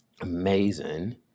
amazing